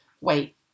wait